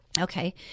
Okay